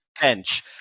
bench